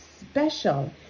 Special